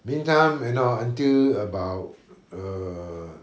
meantime you know until about err